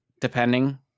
depending